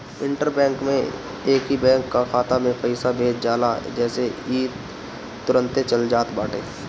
inter bank में एकही bank कअ खाता में पईसा भेज जाला जेसे इ तुरंते चल जात बाटे